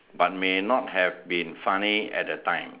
but may not have been funny at that time